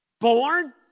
Born